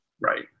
Right